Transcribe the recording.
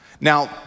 Now